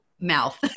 mouth